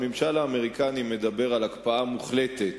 הממשל האמריקני מדבר על הקפאה מוחלטת